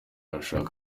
arashaka